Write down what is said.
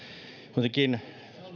kuitenkin